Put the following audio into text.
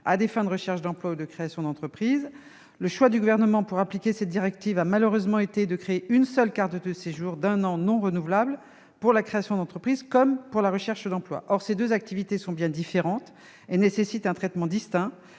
à des fins de recherche d'emploi ou de création d'entreprise. Le choix du Gouvernement pour appliquer cette directive a malheureusement été de créer une seule carte de séjour d'un an, non renouvelable, pour la création d'entreprise comme pour la recherche d'emploi. Or ces deux activités sont bien différentes et nécessitent un traitement distinct.